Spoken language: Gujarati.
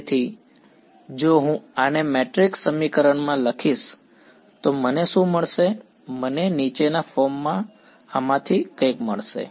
તેથી જો હું આને મેટ્રિક્સ સમીકરણમાં લખીશ તો મને શું મળશે મને નીચેના ફોર્મ માંથી કંઈક મળશે